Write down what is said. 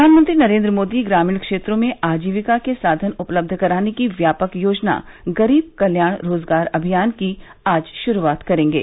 प्रधानमंत्री नरेन्द्र मोदी ग्रामीण क्षेत्रों में आजीविका के साधन उपलब्ध कराने की व्यापक योजना गरीब कल्याण रोजगार अभियान की आज शुरूआत करेंगे